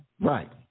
Right